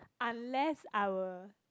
unless our